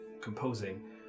composing